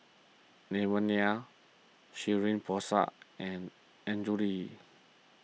Devan Nair Shirin Fozdar and Andrew Lee